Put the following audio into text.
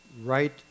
right